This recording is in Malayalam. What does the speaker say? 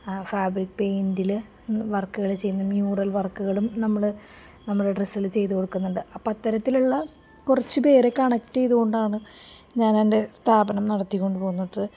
ഫാബ്രിക് പെയിൻറിൽ വർക്കുകൾ ചെയ്യുന്ന മ്യൂറൽ വർക്കുകളും നമ്മൾ നമ്മുടെ ഡ്രസ്സിൽ ചെയ്ത് കൊടുക്കുന്നുണ്ട് അപ്പം അത്തരത്തിലുള്ള കുറച്ച് പേരെ കണക്റ്റ് ചെയ്ത് കൊണ്ടാണ് ഞാൻ എൻ്റെ സ്ഥാപനം നടത്തിക്കൊണ്ട് പോകുന്നത്